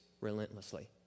relentlessly